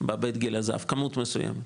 בבית גיל הזהב, כמות מסוימת.